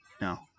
No